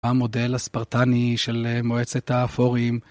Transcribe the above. המודל הספרטני של מועצת האפורים